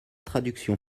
traduction